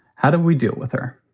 how do we deal with her?